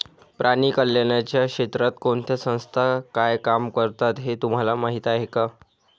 प्राणी कल्याणाच्या क्षेत्रात कोणत्या संस्था काय काम करतात हे तुम्हाला माहीत आहे का?